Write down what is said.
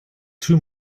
too